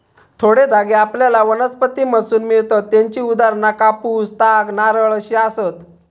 थोडे धागे आपल्याला वनस्पतींमधसून मिळतत त्येची उदाहरणा कापूस, ताग, नारळ अशी आसत